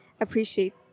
appreciate